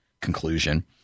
conclusion